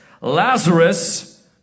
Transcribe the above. Lazarus